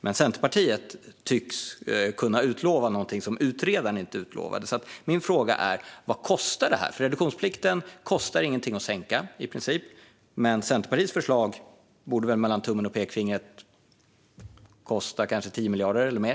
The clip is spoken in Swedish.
Men Centerpartiet tycks kunna utlova något som utredaren inte utlovar. Min fråga är vad det här kostar. Att sänka reduktionsplikten kostar i princip ingenting. Centerpartiets förslag borde väl kosta, mellan tummen och pekfingret, 10 miljarder eller mer.